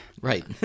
Right